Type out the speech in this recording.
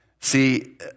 See